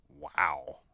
Wow